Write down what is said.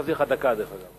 נתתי לך דקה, דרך אגב.